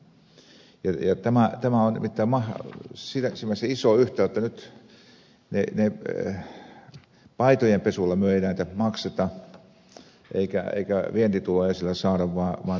tämä on nimittäin siinä mielessä iso yhtälö että paitojen pesulla me ei näitä makseta eikä vientituloja sillä saada vaan